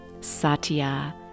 satya